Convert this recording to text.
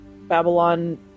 Babylon